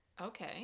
Okay